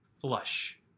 flush